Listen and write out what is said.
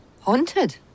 Haunted